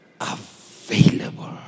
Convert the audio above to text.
available